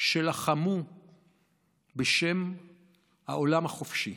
שלחמו בשם העולם החופשי,